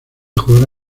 juega